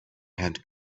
had